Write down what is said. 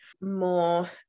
more